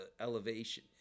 elevation